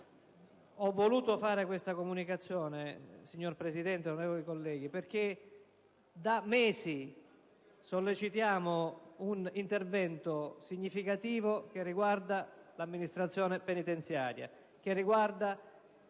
Ho voluto fare questa comunicazione, signor Presidente, onorevoli colleghi, perché da mesi sollecitiamo un intervento significativo che riguardi l'amministrazione penitenziaria, la polizia